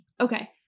Okay